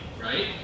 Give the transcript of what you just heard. right